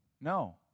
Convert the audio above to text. No